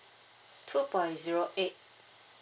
two point zero eight